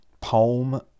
poem